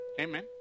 Amen